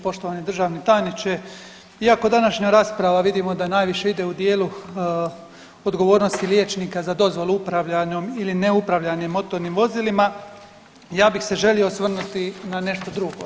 Poštovani državni tajniče, iako današnja rasprava vidimo da najviše ide u dijelu odgovornosti liječnika za dozvolu upravljanjem ili ne upravljanjem motornim vozilima ja bih se želio osvrnuti na nešto drugo.